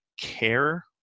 care